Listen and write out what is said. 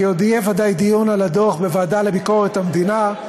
כי עוד יהיה ודאי דיון על הדוח בוועדה לביקורת המדינה.